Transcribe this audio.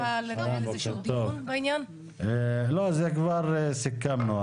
לא, זה כבר סיכמנו.